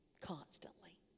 constantly